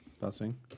passing